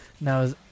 Now